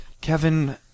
Kevin